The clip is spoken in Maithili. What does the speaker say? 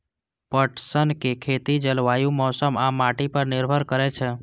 पटसनक खेती जलवायु, मौसम आ माटि पर निर्भर करै छै